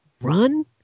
Run